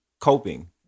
coping